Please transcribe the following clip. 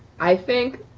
i think